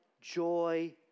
joy